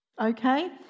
okay